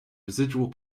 residual